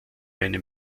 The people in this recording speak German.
einen